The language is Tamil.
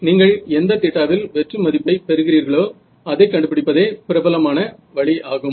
நீங்கள் எந்த தீட்டாவில் வெற்று மதிப்பை பெறுகிறீர்களோ அதைக் கண்டு பிடிப்பதே பிரபலமான வழி ஆகும்